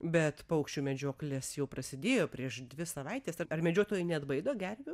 bet paukščių medžioklės jau prasidėjo prieš dvi savaites tad ar medžiotojai neatbaido gervių